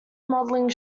modeling